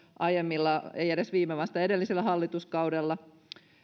ei edes viime vaan sitä edellisellä hallituskaudella